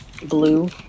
Blue